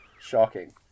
shocking